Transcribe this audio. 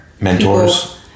mentors